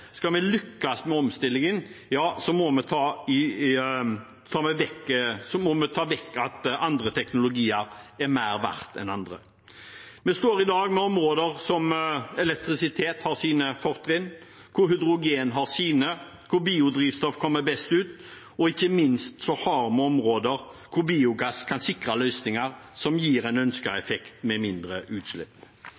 skal vi lykkes med omstillingen, ja så må vi ta vekk at noen teknologier er mer verd enn andre. Vi har i dag områder hvor elektrisitet har sine fortrinn, hvor hydrogen har sine, hvor biodrivstoff kommer best ut, og ikke minst har vi områder hvor biogass kan sikre løsninger som gir en